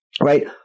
right